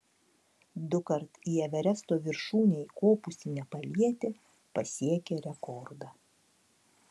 dukart į everesto viršūnę įkopusi nepalietė pasiekė rekordą